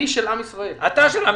אני של עם ישראל, חייל,